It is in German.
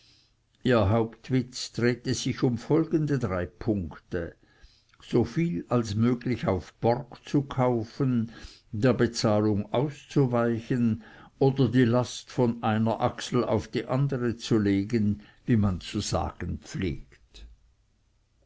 ihr hauptwitz drehte sich um folgende drei punkte so viel möglich auf borg zu kaufen der bezahlung auszuweichen oder die last von einer achsel auf die andere zu legen wie man zu sagen pflegt